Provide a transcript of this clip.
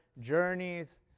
journeys